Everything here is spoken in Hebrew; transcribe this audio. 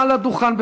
מעל הדוכן,